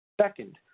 Second